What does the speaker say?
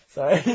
Sorry